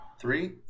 Three